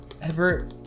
ever-